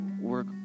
work